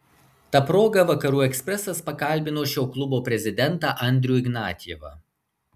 ta proga vakarų ekspresas pakalbino šio klubo prezidentą andrių ignatjevą